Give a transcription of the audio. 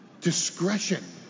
discretion